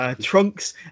trunks